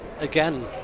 again